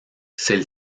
celle